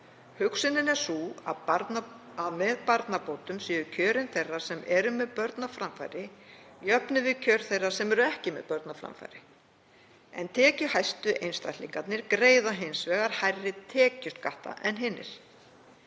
Hugsunin er sú að með barnabótum séu kjör þeirra sem eru með börn á framfæri jöfnuð við kjör þeirra sem eru ekki með börn á framfæri, en tekjuhæstu einstaklingarnir greiða hins vegar hærri tekjuskatta en hinir.